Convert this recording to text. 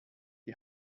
die